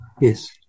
Yes